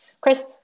Chris